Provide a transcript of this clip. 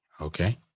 okay